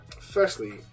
Firstly